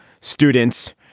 students